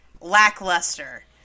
Lackluster